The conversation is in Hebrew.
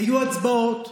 היו הצבעות,